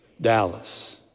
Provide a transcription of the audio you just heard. Dallas